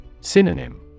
Synonym